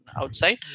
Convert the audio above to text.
outside